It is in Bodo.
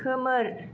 खोमोर